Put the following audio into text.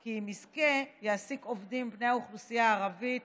כי אם יזכה יעסיק עובדים בני האוכלוסייה הערבית,